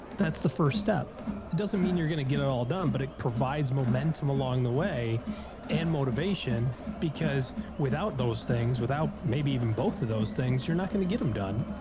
that's the first step. it doesn't mean you're going to get it all done, but it provides momentum along the way and motivation because without those things, without maybe even both of those things, you're not going to get them done.